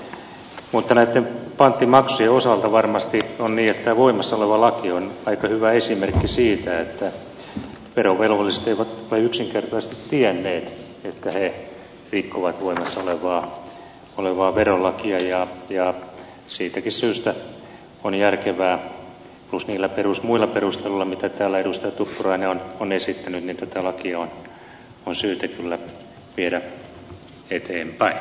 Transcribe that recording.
mutta näitten panttimaksujen osalta on varmasti niin että voimassa oleva laki on aika hyvä esimerkki siitä että verovelvolliset eivät ole yksinkertaisesti tienneet että he rikkovat voimassa olevaa verolakia ja siitäkin syystä on järkevää plus niillä muilla perusteluilla mitä täällä edustaja tuppurainen on esittänyt tätä lakia kyllä viedä eteenpäin